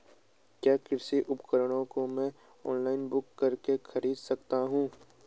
क्या कृषि उपकरणों को मैं ऑनलाइन बुक करके खरीद सकता हूँ?